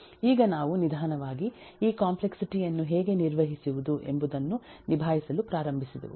ಈಗ ನಾವು ನಿಧಾನವಾಗಿ ಈ ಕಾಂಪ್ಲೆಕ್ಸಿಟಿ ಯನ್ನು ಹೇಗೆ ನಿರ್ವಹಿಸುವುದು ಎಂಬುದನ್ನು ನಿಭಾಯಿಸಲು ಪ್ರಾರಂಭಿಸಿದೆವು